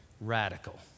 Radical